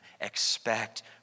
expect